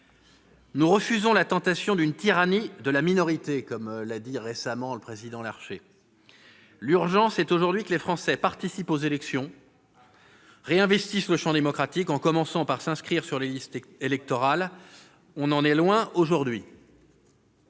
Nous refusons la tentation d'une tyrannie de la minorité, comme l'a dit récemment le président Gérard Larcher. L'urgence est aujourd'hui que les Français participent aux élections, qu'ils réinvestissent le champ démocratique en commençant par s'inscrire sur les listes électorales. On en est loin aujourd'hui